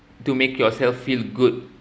to make yourself feel good